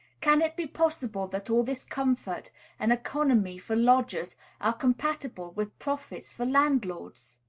can it be possible that all this comfort and economy for lodgers are compatible with profits for landlords?